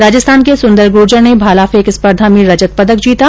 राजस्थान के सुंदर गुर्जर ने भाला फेंक स्पर्धा में रजत पदक जीता